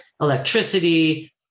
electricity